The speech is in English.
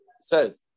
says